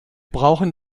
brauchen